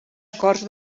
acords